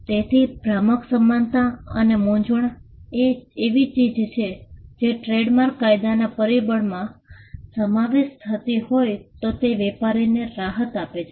તેથી ભ્રામક સમાનતા અને મૂંઝવણ એ એવી ચીજો છે જે ટ્રેડમાર્ક કાયદાના પરિબળમાં સમાવેશ થતી હોય તો તે વેપારીને રાહત આપે છે